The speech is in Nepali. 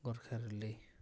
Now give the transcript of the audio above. गोर्खाहरूले